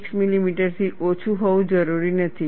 6 મિલીમીટરથી ઓછું હોવું જરૂરી નથી